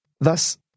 Thus